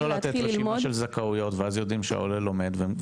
לא לתת רשימה של זכאויות ואז יודעים שהעולה לומד?